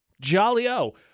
Jolly-O